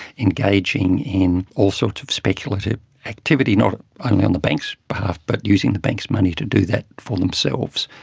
engaging in all sorts of speculative activity, not only on the bank's behalf but using the bank's money to do that for themselves.